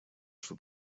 что